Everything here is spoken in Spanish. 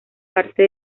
parte